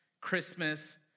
Christmas